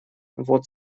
вот